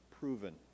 proven